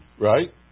Right